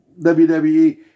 WWE